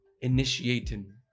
initiating